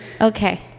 okay